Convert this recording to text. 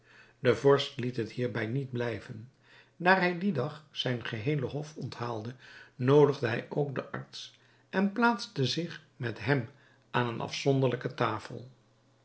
de vorst liet het hierbij niet blijven daar hij dien dag zijn geheele hof onthaalde noodigde hij ook den arts en plaatste zich met hem aan eene afzonderlijke tafel